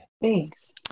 Thanks